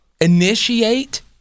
initiate